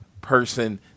person